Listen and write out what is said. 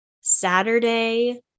Saturday